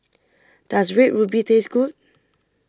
Does Red Ruby Taste Good